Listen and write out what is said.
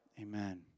Amen